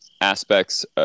aspects